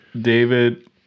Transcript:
David